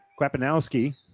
Krapanowski